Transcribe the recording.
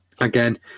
Again